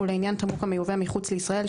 ולעניין תמרוק המיובא מחוץ לישראל,